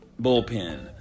bullpen